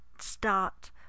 Start